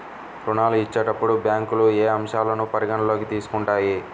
ఋణాలు ఇచ్చేటప్పుడు బ్యాంకులు ఏ అంశాలను పరిగణలోకి తీసుకుంటాయి?